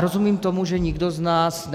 Rozumím tomu, že nikdo z nás